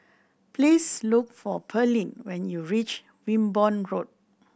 please look for Pearlene when you reach Wimborne Road